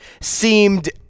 seemed